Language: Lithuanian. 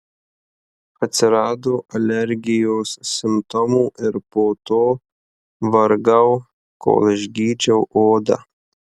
atsirado alergijos simptomų ir po to vargau kol išgydžiau odą